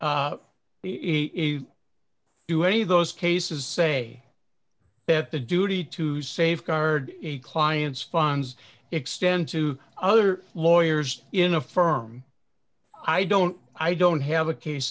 he do any of those cases say that the duty to safeguard a client's funds extend to other lawyers in a firm i don't i don't have a case